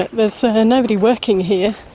there's nobody working here.